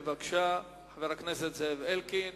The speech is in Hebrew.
בבקשה, חבר הכנסת אלקין.